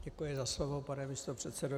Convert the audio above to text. Děkuji za slovo, pane místopředsedo.